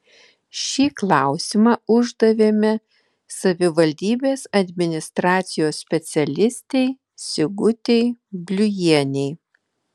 šį klausimą uždavėme savivaldybės administracijos specialistei sigutei bliujienei